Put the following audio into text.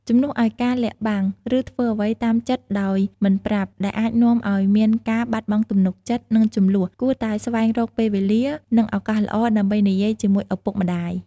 ជំនួសឲ្យការលាក់បាំង ឬធ្វើអ្វីតាមចិត្តដោយមិនប្រាប់ ដែលអាចនាំឲ្យមានការបាត់បង់ទំនុកចិត្ត និងជម្លោះ គួរតែស្វែងរកពេលវេលា និងឱកាសល្អដើម្បីនិយាយជាមួយឪពុកម្ដាយ។